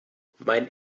mein